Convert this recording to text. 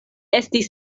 estis